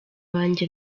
banjye